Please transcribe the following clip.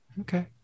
Okay